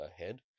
ahead